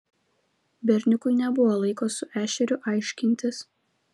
berniukui nebuvo laiko su ešeriu aiškintis